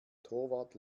torwart